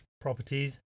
properties